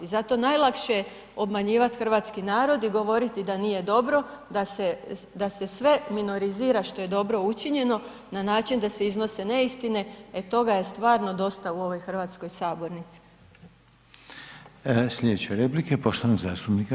Zato najlakše je obmanjivati hrvatski narod i govoriti da nije dobro, da se sve minorizira što je dobro učinjeno na način da se iznose neistine, e toga je stvarno dosta u ovoj hrvatskoj sabornici.